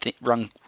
wrong